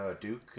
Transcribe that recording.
Duke